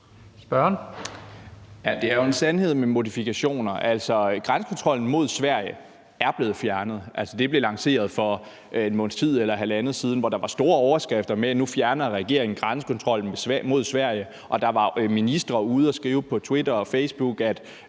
det er jo en sandhed med modifikationer. Grænsekontrollen mod Sverige er blevet fjernet, og det blev lanceret for en måneds tid eller halvanden siden, hvor der var store overskrifter om, at regeringen nu fjerner grænsekontrollen mod Sverige, og der var ministre, der var ude at skrive på Twitter og Facebook, at